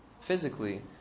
physically